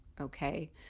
okay